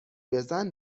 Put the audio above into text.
بزن